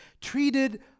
treated